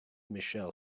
michel